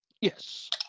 Yes